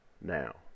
now